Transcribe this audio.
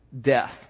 death